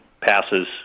passes